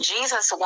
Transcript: Jesus